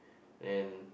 then